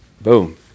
Boom